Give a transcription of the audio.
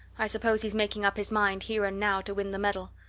i suppose he's making up his mind, here and now, to win the medal.